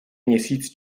měsíc